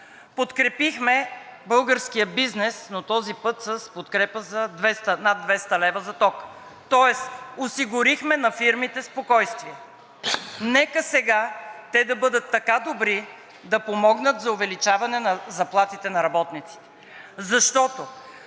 подкрепихме българския бизнес, но този път с подкрепа за над 200 лв. за ток, тоест осигурихме на фирмите спокойствие. Нека сега те да бъдат така добри да помогнат за увеличаване на заплатите на работниците, защото